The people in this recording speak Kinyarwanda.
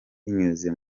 binyuze